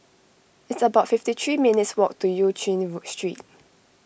it's about fifty three minutes' walk to Eu Chin Street